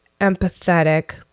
empathetic